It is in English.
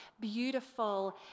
beautiful